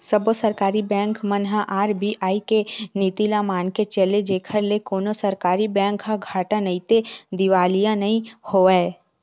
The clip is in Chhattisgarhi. सब्बो सरकारी बेंक मन ह आर.बी.आई के नीति ल मनाके चले जेखर ले कोनो सरकारी बेंक ह घाटा नइते दिवालिया नइ होवय